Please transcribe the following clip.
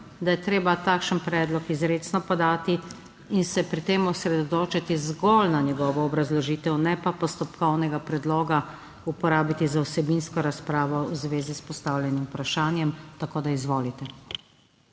da je treba takšen predlog izrecno podati in se pri tem osredotočiti zgolj na njegovo obrazložitev, ne pa postopkovnega predloga uporabiti za vsebinsko razpravo v zvezi s postavljenim vprašanjem. Izvolite.